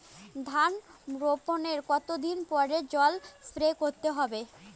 ধান বপনের কতদিন পরে জল স্প্রে করতে হবে?